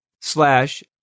slash